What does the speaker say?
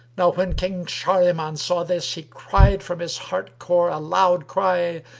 now when king shahriman saw this, he cried from his heart-core a loud cry,